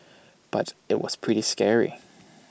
but IT was pretty scary